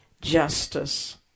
justice